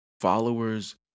Followers